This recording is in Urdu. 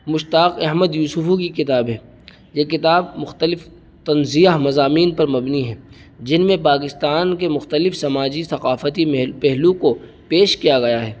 مشتاق احمد یوسفی کی کتاب ہے یہ کتاب مختلف طنزیہ مضامین پر مبنی ہیں جن میں پاکستان کے مختلف سماجی ثقافتی پہلو کو پیش کیا گیا ہے